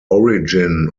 origin